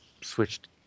switched